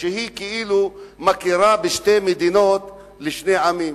שאומרת שהיא כאילו מכירה בשתי מדינות לשני עמים.